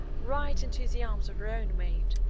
right into the arms of her own mate.